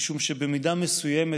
משום שבמידה מסוימת,